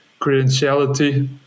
credentiality